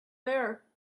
there